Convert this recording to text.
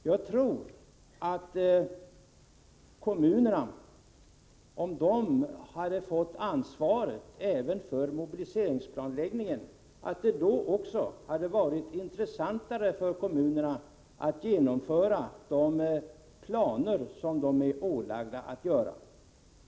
Jag tror att om kommunerna hade fått ansvaret även för mobiliseringsplanläggningen, så hade det varit intressantare för kommunerna att genomföra de planer som de är ålagda att upprätta.